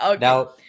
Now